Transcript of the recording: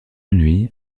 lui